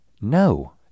No